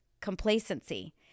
complacency